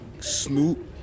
Snoop